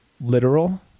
literal